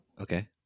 Okay